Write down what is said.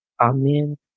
Amen